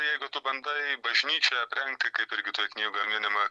jeigu tu bandai bažnyčią aprengti kaip irgi toj knygoj minima